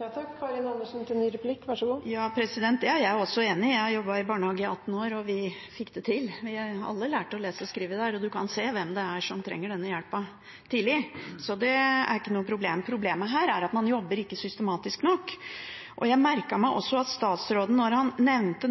Det er jeg også enig i. Jeg har jobbet i barnehage i 18 år, og vi fikk det til – alle lærte å lese og skrive der, og man kan tidlig se hvem som trenger denne hjelpen. Så det er ikke noe problem. Problemet her er at man ikke jobber systematisk nok. Jeg merket meg også at statsråden når han nå nevnte